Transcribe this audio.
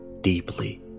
Deeply